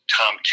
Tom